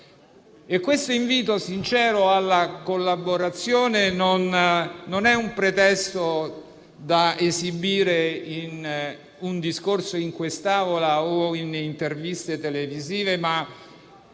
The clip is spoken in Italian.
Questo invito sincero alla collaborazione non è un pretesto da esibire in un discorso in questa sede o in interviste televisive, ma